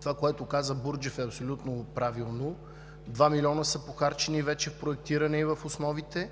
Това, което каза Бурджев, е абсолютно правилно – 2 милиона са похарчени вече в проектиране и в основите